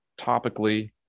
topically